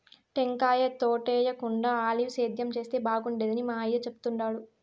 టెంకాయ తోటేయేకుండా ఆలివ్ సేద్యం చేస్తే బాగుండేదని మా అయ్య చెప్తుండాడు